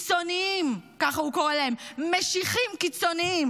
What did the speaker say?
קיצוניים" ככה הוא קורא להם: "משיחיים קיצוניים".